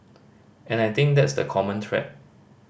and I think that's the common thread